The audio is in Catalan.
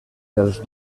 dels